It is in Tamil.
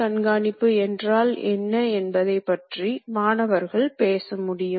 கவனிக்க வேண்டியது என்னவென்றால் பணிப்பக்கம் சுழலும்